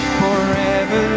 forever